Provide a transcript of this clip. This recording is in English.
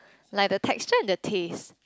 like the texture and the taste